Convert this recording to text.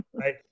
right